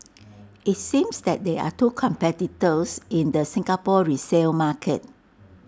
IT seems that there are two competitors in the Singapore resale market